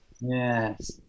Yes